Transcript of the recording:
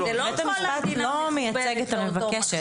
בית המשפט לא מייצג את המבקשת.